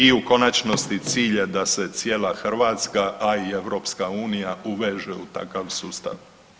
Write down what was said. I u konačnosti cilj je da se cijela Hrvatska, a i EU uveže u takav sustav.